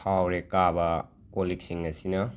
ꯊꯥꯎꯔꯦꯛ ꯀꯥꯕ ꯀꯣꯜ ꯂꯤꯛꯁꯤꯡ ꯑꯁꯤꯅ